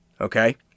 Okay